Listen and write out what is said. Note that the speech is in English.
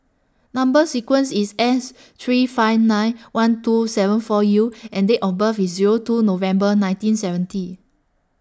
Number sequence IS S three five nine one two seven four U and Date of birth IS Zero two November nineteen seventy